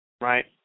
Right